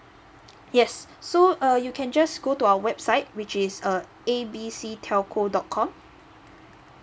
yes so uh you can just go to our website which is uh A B C telco dot com